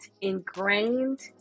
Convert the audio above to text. ingrained